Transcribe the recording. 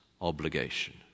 obligation